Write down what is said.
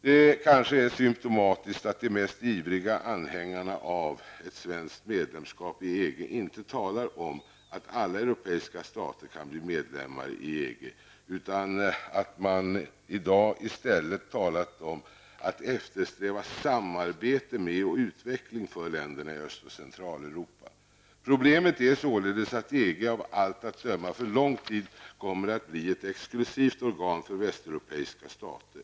Det kanske är symptomatiskt att de mest ivriga anhängarna av ett svenskt medlemskap i EG inte talar om att alla europeiska stater kan bli medlemmar i EG utan att man i dag i stället eftersträvar samarbete med och utveckling för länderna i Öst och Centraleuropa. Problemet är således att EG av allt att döma för lång tid kommer att bli ett exklusivt organ för västeuropeiska stater.